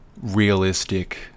realistic